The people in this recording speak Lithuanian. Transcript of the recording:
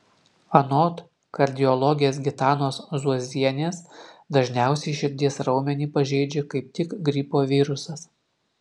anot kardiologės gitanos zuozienės dažniausiai širdies raumenį pažeidžia kaip tik gripo virusas